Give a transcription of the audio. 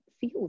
feel